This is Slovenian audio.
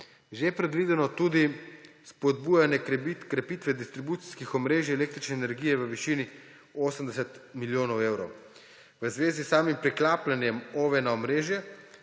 že predvideno, tudi spodbujanje krepitve distribucijskih omrežij električne energije v višini 80 milijonov. V zvezi s samim priklapljanjem OVE na omrežje